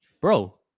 bro